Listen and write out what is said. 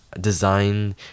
design